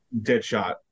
Deadshot